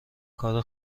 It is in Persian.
کار